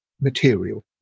material